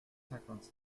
cinquante